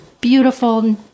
beautiful